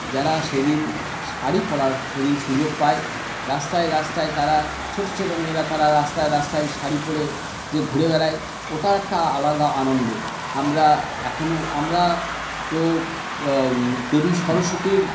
যারা সেদিন শাড়ি পরার সেদিন সুযোগ পায় রাস্তায় রাস্তায় তারা ছোট ছোট মেয়েরা তারা রাস্তায় রাস্তায় শাড়ি পরে যে ঘুরে বেড়ায় ওটার একটা আলাদা আনন্দ আমরা এখনও আমরা তো দেবী সরস্বতীর